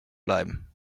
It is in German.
bleiben